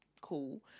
cool